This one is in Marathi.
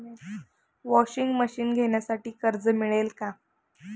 वॉशिंग मशीन घेण्यासाठी कर्ज मिळेल का?